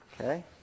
Okay